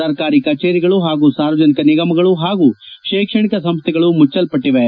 ಸರ್ಕಾರಿ ಕಚೇರಿಗಳು ಪಾಗೂ ಸಾರ್ವಜನಿಕ ನಿಗಮಗಳು ಪಾಗೂ ಶೈಕ್ಷಣಿಕ ಸಂಸ್ಥೆಗಳು ಮುಚ್ಚಲಿವೆ